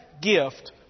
gift